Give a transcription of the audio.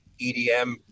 edm